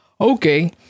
okay